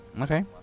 Okay